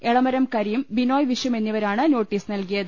എളമരം കരീം ബിനോയ് വിശ്വം എന്നിവരാണ് നോട്ടീസ് നൽകിയത്